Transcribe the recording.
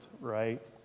right